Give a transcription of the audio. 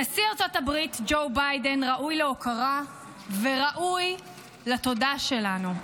נשיא ארצות הברית ג'ו ביידן ראוי להוקרה וראוי לתודה שלנו.